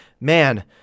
Man